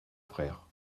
frères